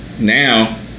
Now